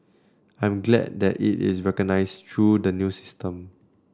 I'm glad that it is recognised through the new system